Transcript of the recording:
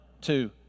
two